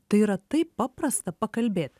tai yra taip paprasta pakalbėt